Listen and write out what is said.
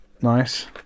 Nice